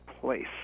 place